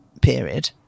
period